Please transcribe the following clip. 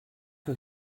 que